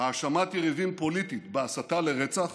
האשמת יריבים פוליטית בהסתה לרצח